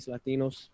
Latinos